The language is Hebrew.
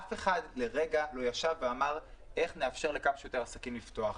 אף אחד לרגע לא ישב ואמר איך לאפשר לכמה שיותר עסקים לפתוח.